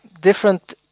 different